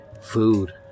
food